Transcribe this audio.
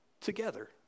together